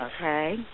Okay